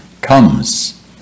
comes